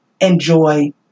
enjoy